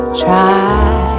try